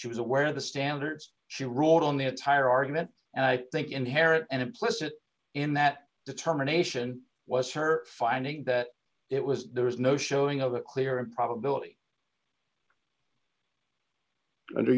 she was aware of the standards she ruled on the entire argument and i think inherent and implicit in that determination was her finding that it was there is no showing of a clear improbability under